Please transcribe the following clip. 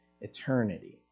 eternity